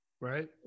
right